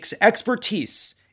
expertise